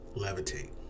levitate